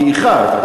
כי איחרת,